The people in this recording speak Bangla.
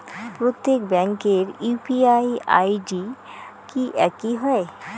প্রত্যেক ব্যাংকের ইউ.পি.আই আই.ডি কি একই হয়?